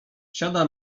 siada